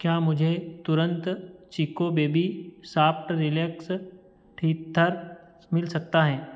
क्या मुझे तुरंत Chicco baby soft relax teether मिल सकता है